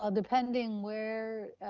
um depending where